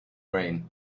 rain